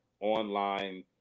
online